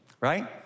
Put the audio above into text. right